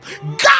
god